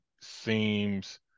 Seems